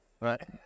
Right